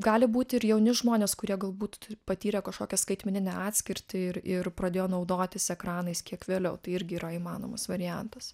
gali būti ir jauni žmonės kurie galbūt patyrė kažkokią skaitmeninę atskirtį ir ir pradėjo naudotis ekranais kiek vėliau tai irgi yra įmanomas variantas